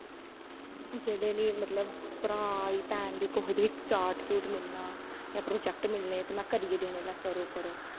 जेह्ड़े बी मतलब भ्राऽ आई भैन आई कुहै दी बी चार्ट चूर्ट मिलना जां प्रौजैक्ट मिलने ते में करियै देने लै करो करो